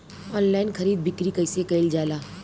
Online खरीद बिक्री कइसे कइल जाला?